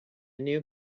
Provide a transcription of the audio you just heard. new